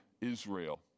Israel